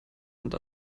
sind